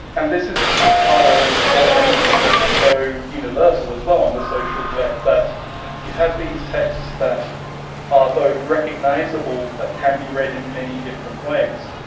and this is part of what makes the gif so universal as well on the social web, that you have these texts that are both recognisable but can be read in many different ways.